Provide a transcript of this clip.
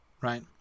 right